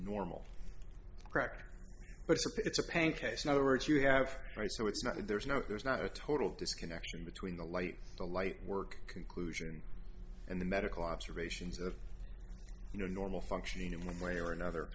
normal practice but it's a pain case no or it's you have i so it's not there's no there's not a total disconnection between the light the light work conclusion and the medical observations of you know normal functioning in one way or another